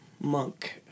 monk